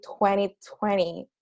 2020